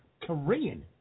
Korean